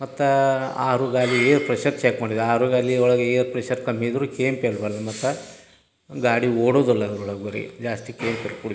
ಮತ್ತು ಆರೂ ಗಾಲಿಗೆ ಏರ್ ಪ್ರೆಶರ್ ಚೆಕ್ ಮಾಡಿದ್ವಿ ಆರೂ ಗಾಲಿ ಒಳಗೆ ಏರ್ ಪ್ರೆಶರ್ ಕಮ್ಮಿ ಇದ್ರೂ ಕೆ ಎಮ್ ಪಿ ಎಲ್ ಬರ್ಲ ಮತ್ತೆ ಗಾಡಿ ಓಡೋದುಲ್ ಅದ್ರೊಳಗೆ ಬರೇ ಜಾಸ್ತಿ ಕುಡಿತೈತೆ